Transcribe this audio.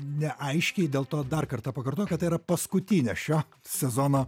neaiškiai dėl to dar kartą pakartoju kad tai yra paskutinė šio sezono